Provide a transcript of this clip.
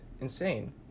insane